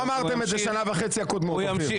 לא אמרתם את זה בשנה וחצי הקודמות, אופיר.